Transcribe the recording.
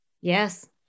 Yes